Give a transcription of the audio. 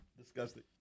Disgusting